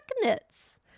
magnets